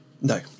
no